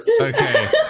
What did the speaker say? Okay